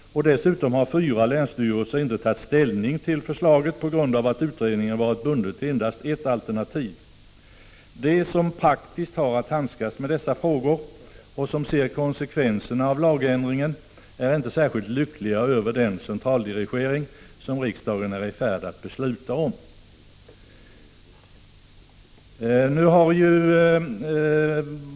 Dessutom har fyra länsstyrelser inte tagit ställning till förslaget på grund av att utredningen varit bunden till endast ett alternativ. De som praktiskt har att handskas med dessa frågor och som ser konsekvenserna av lagändringen är inte särskilt lyckliga över den centraldirigering som riksdagen är i färd att besluta om. Herr talman!